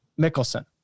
Mickelson